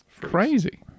Crazy